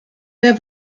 der